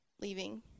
leaving